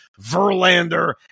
Verlander